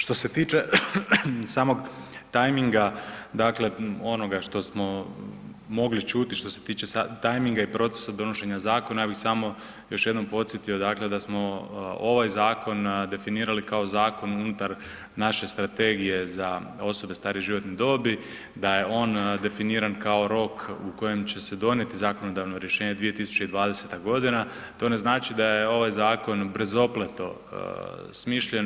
Što se tiče samog tajminga, dakle onoga što smo mogli čuti što se tiče tajminga i procesa donošenja zakona, ja bih samo još jednom podsjetio, dakle da smo ovaj zakon definirali kao zakon unutar naše strategije za osobe starije životne dobi, da je on definiran kao rok u kojem će se donijeti zakonodavno rješenje 2020.g. To ne znači da je ovaj zakon brzopleto smišljen.